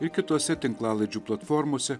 ir kitose tinklalaidžių platformose